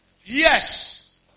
Yes